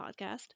podcast